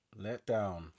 Letdown